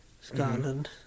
Scotland